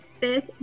fifth